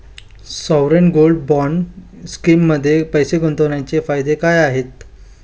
Sovereign gold bond स्कीममध्ये पैसे गुंतवण्याचे फायदे काय आहेत?